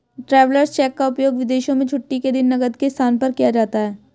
travellers cheque का उपयोग विदेशों में छुट्टी के दिन नकद के स्थान पर किया जाता है